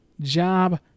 job